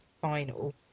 final